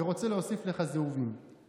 ורוצה להוסיף לך זהובים.